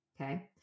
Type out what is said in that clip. okay